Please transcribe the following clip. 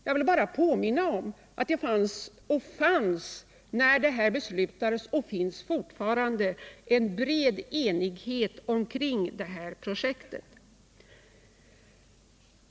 Jag vill bara påminna om att det när detta beslutades fanns och fortfarande finns en bred enighet omkring projektet.